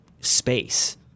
space